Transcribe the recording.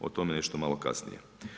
O tome nešto malo kasnije.